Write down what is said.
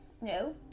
No